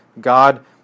God